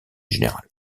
général